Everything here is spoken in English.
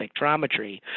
spectrometry